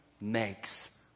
makes